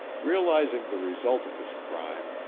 realizing the result of his crime,